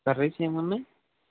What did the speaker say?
curries ఏమున్నాయి